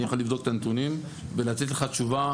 אני יכול לבדוק את הנתונים ולתת לך תשובה,